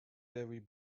very